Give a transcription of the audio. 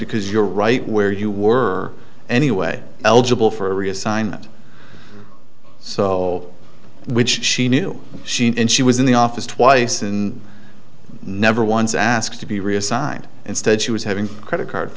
because you're right where you were anyway eligible for a reassignment so which she knew she and she was in the office twice and never once asked to be reassigned instead she was having credit card